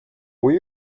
were